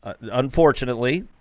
Unfortunately